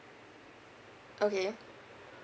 okay